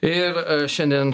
ir šiandien